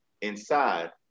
inside